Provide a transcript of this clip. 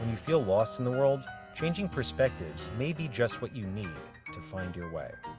you feel lost in the world, changing perspectives may be just what you need to find your way.